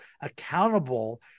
accountable